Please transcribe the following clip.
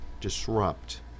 disrupt